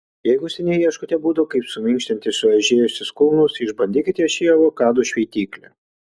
jeigu seniai ieškote būdo kaip suminkštinti sueižėjusius kulnus išbandykite šį avokadų šveitiklį